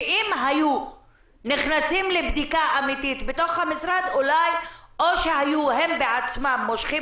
שאם היו נכנסים לבדיקה אמיתית בתוך המשרד היו הם עצמם מושכים